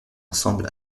ensemble